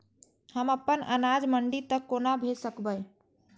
हम अपन अनाज मंडी तक कोना भेज सकबै?